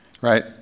right